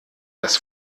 das